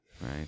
Right